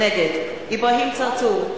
נגד אברהים צרצור,